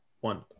one